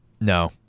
No